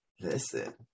Listen